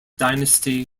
dynasty